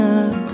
up